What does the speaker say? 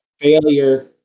failure